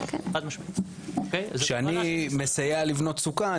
כשאני מסייע לבנות סוכה,